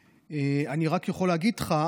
אני רק יכול להגיד לך